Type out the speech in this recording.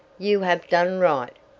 you have done right.